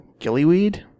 gillyweed